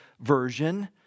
version